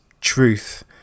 truth